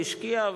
והשקיע,